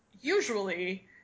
usually